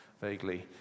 vaguely